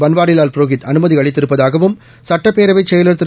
பன்வாரிலால் புரோஹித் அனுமதி அளித்திருப்பதாகவும் சட்டப்பேரவைச் செயலர் திரு